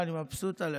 אני מבסוט עליך.